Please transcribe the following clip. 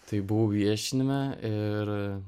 tai buvau viešinime ir